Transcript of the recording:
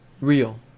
real